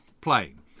plane